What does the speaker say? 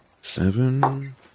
Seven